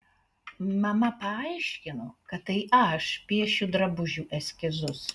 mama paaiškino kad tai aš piešiu drabužių eskizus